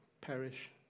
perish